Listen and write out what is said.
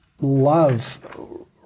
love